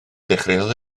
dechreuodd